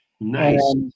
Nice